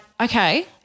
okay